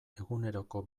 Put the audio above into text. eguneroko